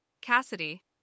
Cassidy